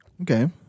Okay